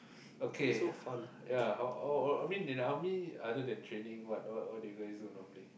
okay ya I I I mean in Army other than training what what do you guys do normally